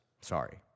Sorry